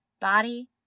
body